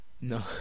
No